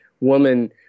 woman